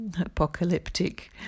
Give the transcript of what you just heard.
apocalyptic